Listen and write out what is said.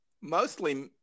mostly